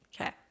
Okay